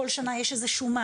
כל שנה איזה שהוא --,